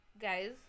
Guys